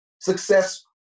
success